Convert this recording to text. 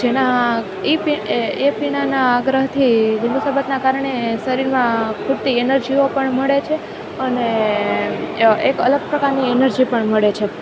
જેના એ એ પીણાંના આગ્રહથી લીંબુ શરબતના કારણે શરીરમાં ખૂટતી એનર્જીઓ પણ મળે છે અને એક અલગ પ્રકારની એનર્જી પણ મળે છે